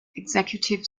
executive